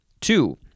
Two